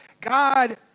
God